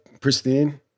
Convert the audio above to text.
pristine